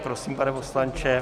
Prosím, pane poslanče.